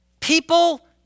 people